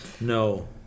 No